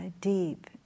deep